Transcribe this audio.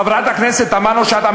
חברת הכנסת תמנו-שטה,